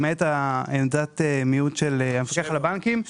למעט עמדת מיעוט של המפקח על הבנקים,